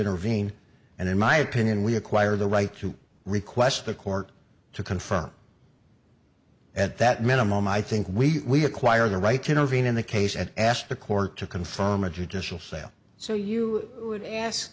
intervene and in my opinion we acquire the right to request the court to confront at that minimum i think we acquire the right to intervene in the case and ask the court to confirm a judicial sale so you would ask